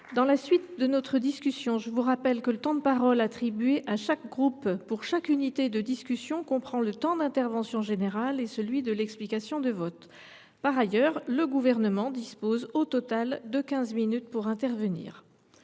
182. Mes chers collègues, je vous rappelle que le temps de parole attribué à chaque groupe pour chaque discussion comprend le temps d’intervention générale et celui de l’explication de vote. Par ailleurs, le Gouvernement dispose au total de quinze minutes pour intervenir.